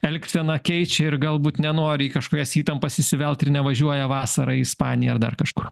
elgseną keičia ir galbūt nenori į kažkurias įtampas įsivelt ir nevažiuoja vasarą į ispaniją ar dar kažkur